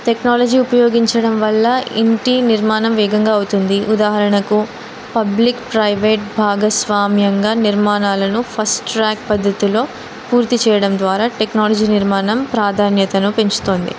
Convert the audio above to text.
technology ఉపయోగించడం వల్ల ఇంటి నిర్మాణం వేగంగా అవుతుంది ఉదాహరణకు పబ్లిక్ ప్రైవేట్ భాగస్వామ్యంగా నిర్మాణాలను ఫాస్ట్ ట్రాక్ పద్ధతిలో పూర్తి చెయ్యడం ద్వారా టెక్నాలజీ నిర్మాణం ప్రాధాన్యతను పెంచుతుంది